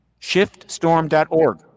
Shiftstorm.org